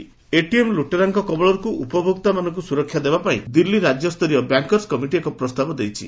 ATM ଚୋରି ATM ଲୁଟେରାଙ୍କ କବଳରୁ ଉପଭୋକ୍ତାମାନଙ୍କୁ ସୁରକ୍ଷା ଦେବା ପାଇଁ ଦିଲୁୀ ରାକ୍ୟସ୍ତରୀୟ ବ୍ୟାଙ୍କର୍ସ କମିଟି ଏକ ପ୍ରସ୍ତାବ ଦେଇଛି